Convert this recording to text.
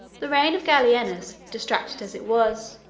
the reign of gallienus, distracted as it was,